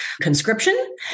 conscription